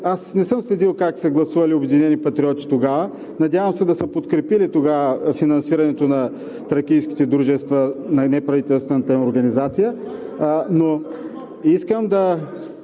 Аз не съм следил как са гласували „Обединени патриоти“ тогава, надявам се да са подкрепили финансирането на Тракийските дружества – неправителствената им организация (реплика от